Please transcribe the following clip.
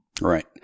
Right